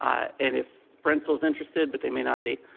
um and if brentsville's interested, but they may not be.